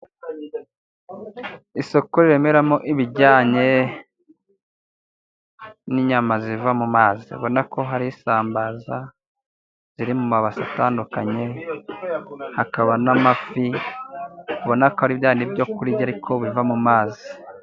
Isoko riremeramo ibijyanye n'inyama ziva mu mazi, ubona ko hari isambaza ziri mu mabase atandukanye hakaba n'amafi ubona ko ari byabindi byo kurya ariko biva mu mazi.